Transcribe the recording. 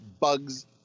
bugs